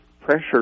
pressure